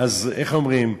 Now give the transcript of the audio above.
איך אומרים?